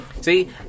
See